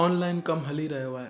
online कमु हली रहियो आहे